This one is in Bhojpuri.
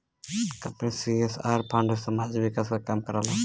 कंपनी सी.एस.आर फण्ड से सामाजिक विकास क काम करला